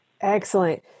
Excellent